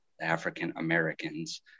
african-americans